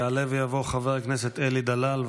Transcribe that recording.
יעלה ויבוא חבר הכנסת אלי דלל,